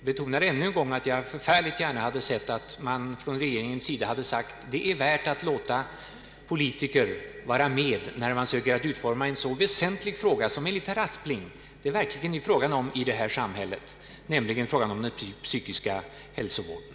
Jag vill än en gång betona att jag förfärligt gärna hade sett att man från regeringens sida hade sagt: Det är värt att låta politiker vara med när man söker utforma en så väsentlig fråga som det, enligt herr Aspling, verkligen är fråga om i vårt samhälle, nämligen den psykiska hälsovården.